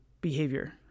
behavior